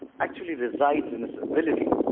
actually resides in its ability